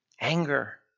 Anger